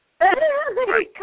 Right